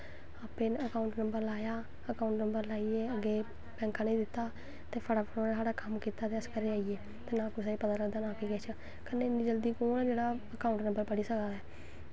PIN account number लाया account number अग्गें लाइयै बैंक आह्लें गी दित्ता ते फटाफट सारा कम्म कीता ते अस घरे गी आइयै ना कुसै गी पता लग्गदा ना कुछ कन्नै इन्ना जल्दी कु'न ऐ जेह्ड़ा अकाउंट नंबर पढ़ी सकदा ऐ